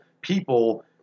people